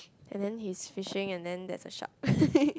and then he's fishing and then there's a shark